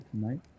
tonight